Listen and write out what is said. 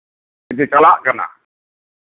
ᱪᱟᱞᱟᱜ ᱠᱟᱱᱟ